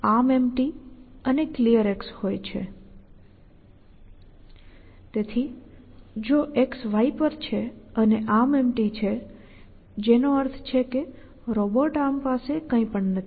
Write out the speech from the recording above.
તેથી જો X Y પર છે અને ArmEmpty છે જેનો અર્થ છે કે રોબોટ આર્મ પાસે કંઈપણ નથી